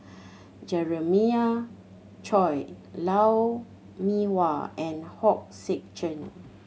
Jeremiah Choy Lou Mee Wah and Hong Sek Chern